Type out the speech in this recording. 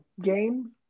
game